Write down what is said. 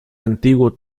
antiguo